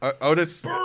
Otis